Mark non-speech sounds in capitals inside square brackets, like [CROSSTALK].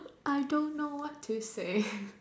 I don't know what to say [BREATH]